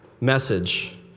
message